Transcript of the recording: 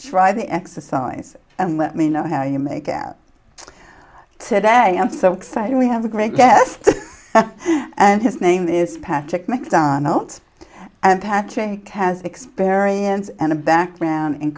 try the exercise and let me know how you make out said i am so excited we have a great guest and his name is patrick mcdonald and patrick has experience and a background in